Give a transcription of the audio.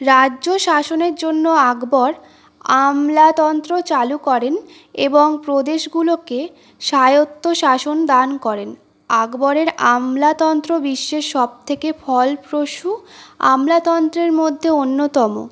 রাজ্য শাসনের জন্য আকবর আমলাতন্ত্র চালু করেন এবং প্রদেশগুলোকে স্বায়ত্তশাসন দান করেন আকবরের আমলাতন্ত্র বিশ্বের সব থেকে ফলপ্রসূ আমলাতন্ত্রের মধ্যে অন্যতম